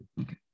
Okay